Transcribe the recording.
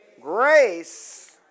Grace